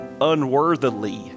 unworthily